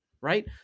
Right